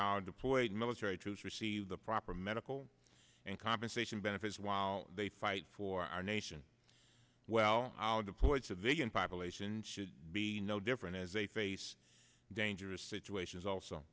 our deployed military troops receive the proper medical and compensation benefits while they fight for our nation well our deployed civilian population should be no different as a face dangerous situations also